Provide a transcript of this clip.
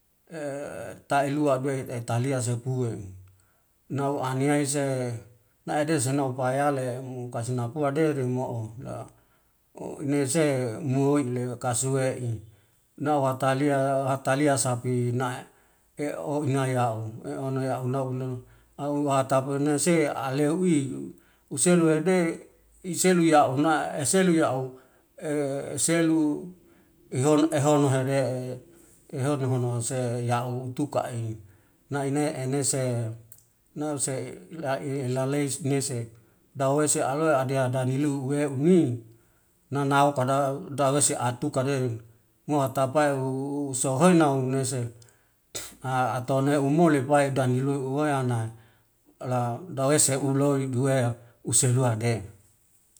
tailua be etalia sepu nau aniaise naede senopai ale mu kasinapua dere mo'o inise mo'i leakasue'i nau atalia atalia sapi inai au. einai au naun au hatapenase aleui u senuede iselua yauna iselu yau selu ihonu ehonu hade'e ihoho honoanse yau utukai naine enese nause'e ile'e ilale ngese, dawese aloe adea dadilu uwe ni nanau kada dawese atuka de mo hatapai u sohoina u nese atoneu omulepai danilu uweana la dawese uloli duwe usiluade.